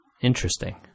Interesting